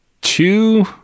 two